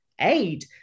aid